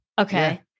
okay